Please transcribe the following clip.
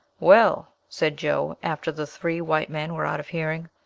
well, said joe, after the three white men were out of hearing,